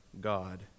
god